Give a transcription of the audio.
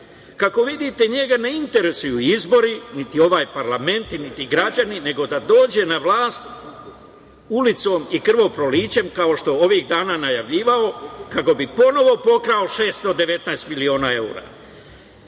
Kako vidite, njega ne interesuju izbori, niti ovaj parlament, niti građani, nego da dođe na vlast ulicom i krvoprolićem, kao što je ovih dana najavljivao, kako bi ponovo pokrao 619 miliona